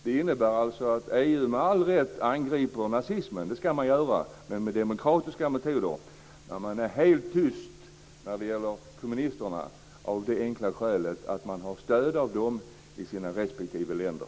Det innebär alltså att EU med all rätt angriper nazismen. Det ska man göra, men med demokratiska metoder. Men man är helt tyst när det gäller kommunisterna av det enkla skälet att man har stöd av dem i sina respektive länder.